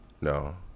No